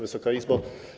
Wysoka Izbo!